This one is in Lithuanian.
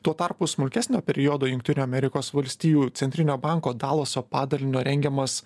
tuo tarpu smulkesnio periodo jungtinių amerikos valstijų centrinio banko dalaso padalinio rengiamas